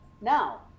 Now